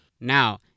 Now